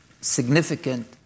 significant